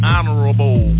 Honorable